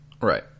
Right